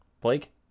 Blake